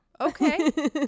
Okay